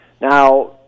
Now